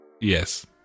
Yes